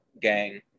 Gang